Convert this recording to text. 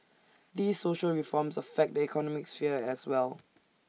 these social reforms affect the economic sphere as well